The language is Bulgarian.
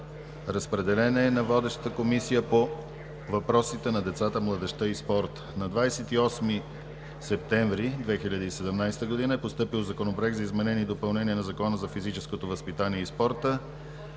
Разпределен е на водещата Комисия по въпросите на децата, младежта и спорта. На 28 септември 2017 г. е постъпил Законопроект за изменение и допълнение на Закона за физическото възпитание и спорта.